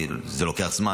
זה לוקח זמן,